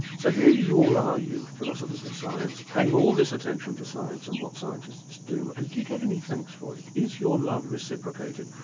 so here you all are, you philosophers of science, paying all this attention to science and what scientists do, and do you get any thanks for it? is your love reciprocated?